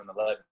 2011